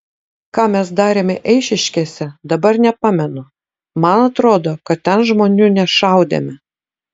ką mes darėme eišiškėse dabar nepamenu man atrodo kad ten žmonių nešaudėme